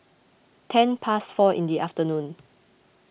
ten past four in the afternoon